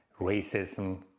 racism